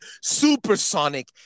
supersonic